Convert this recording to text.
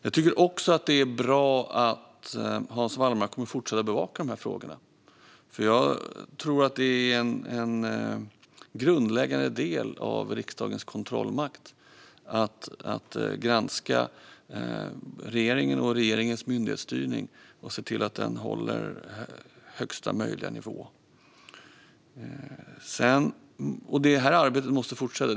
Jag tycker också att det är bra att Hans Wallmark kommer att fortsätta bevaka de här frågorna, för jag tror att det är en grundläggande del av riksdagens kontrollmakt att granska regeringen och regeringens myndighetsstyrning och se till att den håller högsta möjliga nivå. Det här arbetet måste fortsätta.